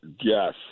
yes